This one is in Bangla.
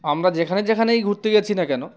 আমরা যেখানে যেখানেই ঘুরতে গিয়েছি না কেন